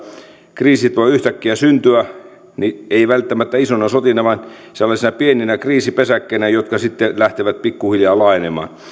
kriisit voivat yhtäkkiä syntyä eivät välttämättä isoina sotina vaan sellaisina pieninä kriisipesäkkeinä jotka sitten lähtevät pikkuhiljaa laajenemaan